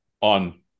on